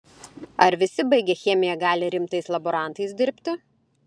ar visi baigę chemiją gali rimtais laborantais dirbti